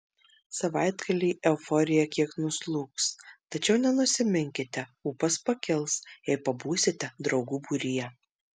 savaitgalį euforija kiek nuslūgs tačiau nenusiminkite ūpas pakils jei pabūsite draugų būryje